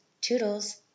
toodles